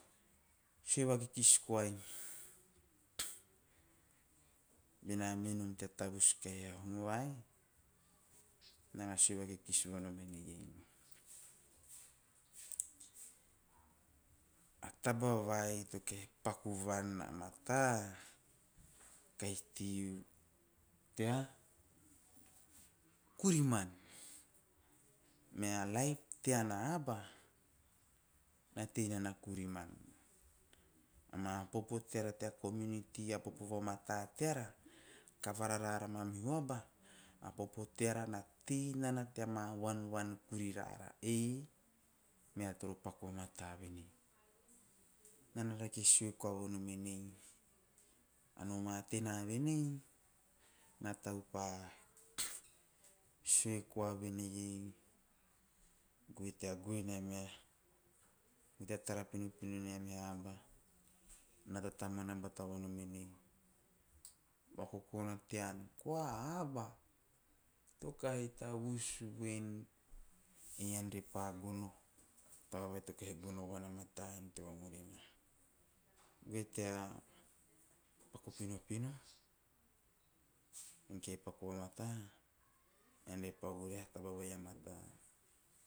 Siva kikis koina. Ena min nom te tavus te honovai, nana suva na kikis va nom ei nu. A tavavai toke paku vana mata, kai tiu tea kuriman mea laip teana hava, nati nana kuriman. A ma popo teara tea community a popo vo mata teara, tava rara ramana nuaba, a popo teara na ti nana tea ma wanwan kui rara ei, mea turu paku mata vene. Nana rake sio kovu nam me nei, a noma te name nei, na taupa sio kua vine hei, guita gui namar bea tara kiukiu anea ba, nara taman abata bono me nei. Vakokona tean koa hava, toka he tavus u venu ean re pa gono, tave toke he gono bana a mata to murina. Ve tea paku pinopino ante paku hata, ean ra pavui hea tavevei a mata.